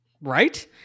Right